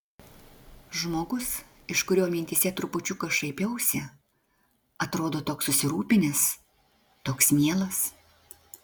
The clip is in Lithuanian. žmogus iš kurio mintyse trupučiuką šaipiausi atrodo toks susirūpinęs toks mielas